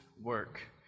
work